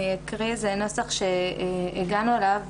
אני אקריא נוסח שהגענו אליו,